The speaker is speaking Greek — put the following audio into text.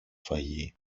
φαγί